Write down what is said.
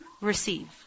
receive